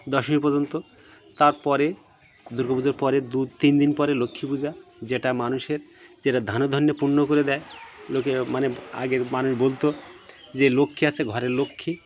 দশমী পর্যন্ত তার পরে দুর্গা পুজোর পরে দু তিন দিন পরে লক্ষ্মী পূজা যেটা মানুষের যেটা ধনধান্য পূর্ণ করে দেয় লোকে মানে আগে মানুষ বলত যে লক্ষ্মী আছে ঘরের লক্ষ্মী